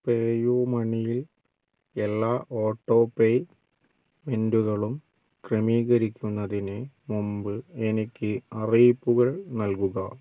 പേ U മണിയിൽ എല്ലാ auto പേയ്മെൻ്റുകളും ക്രമീകരിക്കുന്നതിന് മുമ്പ് എനിക്ക് അറിയിപ്പുകൾ നൽകുക